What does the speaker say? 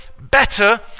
better